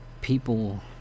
people